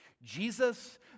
Jesus